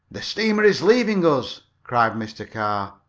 the steamer is leaving us! cried mr. carr.